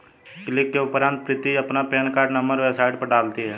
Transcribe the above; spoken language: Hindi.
क्लिक के उपरांत प्रीति अपना पेन कार्ड नंबर वेबसाइट पर डालती है